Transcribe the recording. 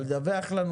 אבל על דיווח לנו,